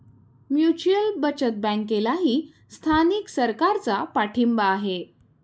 mutual बचत बँकेलाही स्थानिक सरकारचा पाठिंबा आहे